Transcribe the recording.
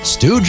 Stu